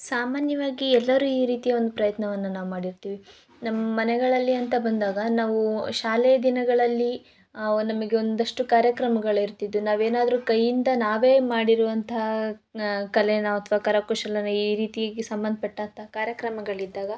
ಸಾಮಾನ್ಯವಾಗಿ ಎಲ್ಲರು ಈ ರೀತಿಯ ಒಂದು ಪ್ರಯತ್ನವನ್ನು ನಾವು ಮಾಡಿರ್ತಿವಿ ನಮ್ಮ ಮನೆಗಳಲ್ಲಿ ಅಂತ ಬಂದಾಗ ನಾವು ಶಾಲೆ ದಿನಗಳಲ್ಲಿ ಆ ಒಂದು ನಮಗ್ ಒಂದಷ್ಟು ಕಾರ್ಯಕ್ರಮಗಳಿರ್ತಿದ್ವು ನಾವೇನಾದ್ರು ಕೈಯಿಂದ ನಾವೇ ಮಾಡಿರುವಂತಹ ಕಲೆ ಅಥ್ವ ಕರಕುಶಲ ಈ ರೀತಿಯಾಗಿ ಸಂಬಂಧಪಟ್ಟಂಥ ಕಾರ್ಯಕ್ರಮಗಳಿದ್ದಾಗ